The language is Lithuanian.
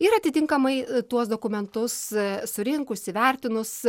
ir atitinkamai tuos dokumentus surinkus įvertinus